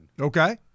Okay